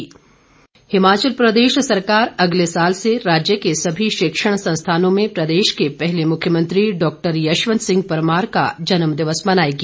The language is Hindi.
सुरेश भारद्वाज हिमाचल प्रदेश सरकार अगले साल से राज्य के सभी शिक्षण संस्थानों में प्रदेश के पहले मुख्यमंत्री डॉक्टर यशवंत सिंह परमार का जन्म दिवस मनाएगी